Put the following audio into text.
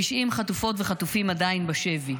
90 חטופות וחטופים עדיין בשבי.